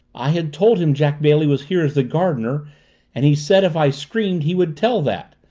i had told him jack bailey was here as the gardener and he said if i screamed he would tell that.